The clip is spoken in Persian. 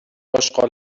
اشغال